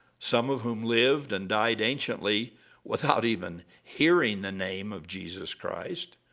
some of whom lived and died anciently without even hearing the name of jesus christ,